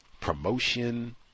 promotion